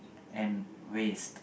and waste